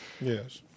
Yes